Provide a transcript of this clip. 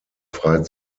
frei